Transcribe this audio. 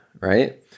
right